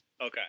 Okay